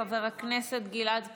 חבר הכנסת גלעד קריב,